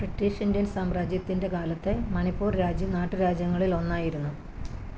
British Indian സാമ്രാജ്യത്തിൻ്റെ കാലത്തേ മണിപ്പൂർ രാജ്യം നാട്ടുരാജ്യങ്ങളിലൊന്നായിരുന്നു